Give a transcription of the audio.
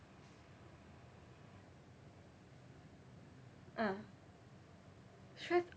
ah stress